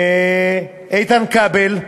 איתן כבל,